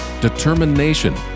determination